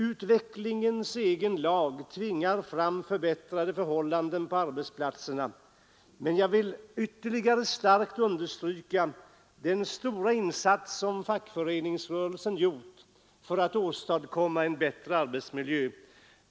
Utvecklingens egen lag tvingar fram förbättrade förhållanden på arbetsplatserna. Men jag vill ytterligare starkt betona den stora insats som fackföreningsrörelsen gjort för att åstadkomma en bättre arbetsmiljö.